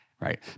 right